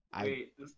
Wait